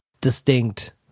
distinct